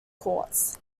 courts